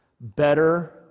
better